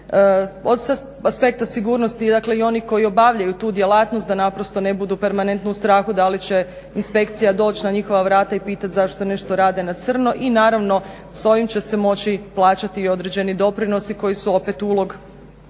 aspekta sigurnosti i oni koji obavljaju tu djelatnost da naprosto ne budu permanentno u strahu da li će inspekcija doći na njihova vrata i pitati zašto nešto rade na crno i naravno s ovim će se moći plaćati i određeni doprinosi koji su opet ulog